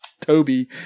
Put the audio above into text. toby